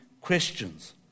questions